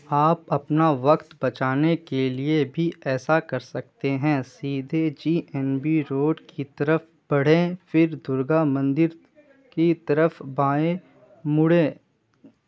آپ اپنا وقت بچانے کے لیے بھی ایسا کر سکتے ہیں سیدھے جی این بی روڈ کی طرف بڑھیں پھر درگا مندر کی طرف بائیں مڑیں